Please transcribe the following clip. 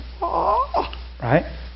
right